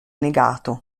negato